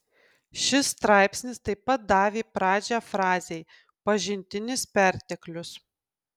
šis straipsnis taip pat davė pradžią frazei pažintinis perteklius